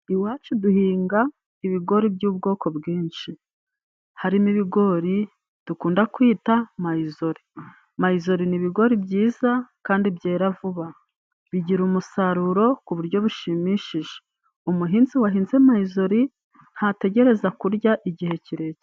Iwacu duhinga ibigori by'ubwoko bwinshi, harimo ibigori dukunda kwita mayizori. Mayizori ni ibigori byiza kandi byera vuba, bigira umusaruro ku buryo bushimishije, umuhinzi wahinze mayizori ntategereza kurya igihe kirekire.